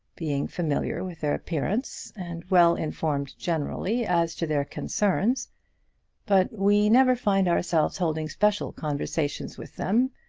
being familiar with their appearance, and well-informed generally as to their concerns but we never find ourselves holding special conversations with them,